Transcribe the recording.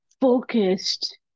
focused